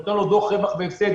נותן לו דוח רווח והפסד,